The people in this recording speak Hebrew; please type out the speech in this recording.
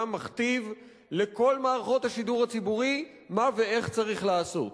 מכתיב לכל מערכות השידור הציבורי מה ואיך צריך לעשות.